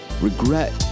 regret